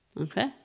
Okay